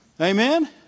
Amen